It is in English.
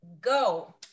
go